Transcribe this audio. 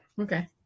okay